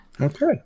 okay